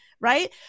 right